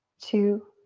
two,